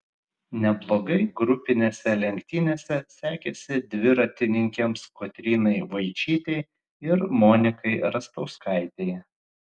neblogai grupinėse lenktynėse sekėsi dviratininkėms kotrynai vaičytei ir monikai rastauskaitei